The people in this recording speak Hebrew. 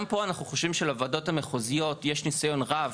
גם פה אנחנו חושבים שלוועדות המחוזיות יש ניסיון רב